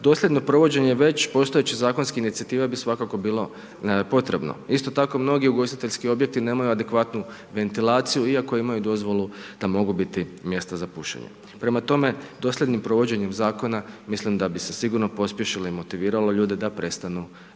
doseljeno provođenje već postojeće zakonske inicijative bi svakako bilo potrebno. Isto tako mnogi ugostiteljski objekt nemaju adekvatno ventilaciju, iako imaju dozvolu da mogu biti mjesta za pušenje. Prema tome, doseljenim provođenjem zakona, mislim da bi se sigurno pospješilo i motiviralo ljude da prestanu